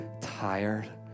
tired